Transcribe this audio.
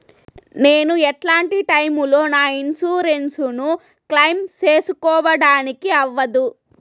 నేను ఎట్లాంటి టైములో నా ఇన్సూరెన్సు ను క్లెయిమ్ సేసుకోవడానికి అవ్వదు?